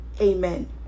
amen